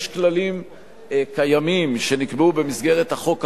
יש כללים קיימים שנקבעו במסגרת החוק הקודם,